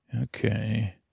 Okay